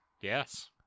Yes